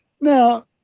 Now